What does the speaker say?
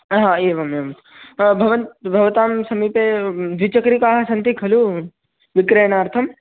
हा एवम् एवं भवन् भवतां समीपे द्विचक्रिकाः सन्ति खलु विक्रयणार्थम्